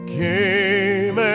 came